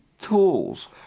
tools